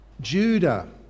Judah